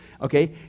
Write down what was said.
Okay